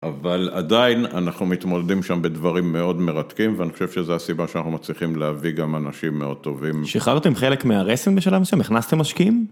אבל עדיין אנחנו מתמודדים שם בדברים מאוד מרתקים, ואני חושב שזו הסיבה שאנחנו מצליחים להביא גם אנשים מאוד טובים. שיחררתם חלק מהרסן בשלב הזה? הכנסתם משקיעים?